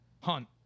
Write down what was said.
Hunt